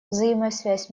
взаимосвязь